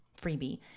freebie